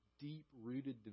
deep-rooted